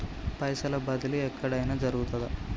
పైసల బదిలీ ఎక్కడయిన జరుగుతదా?